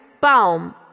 Baum